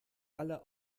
alle